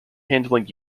handling